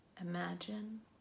Imagine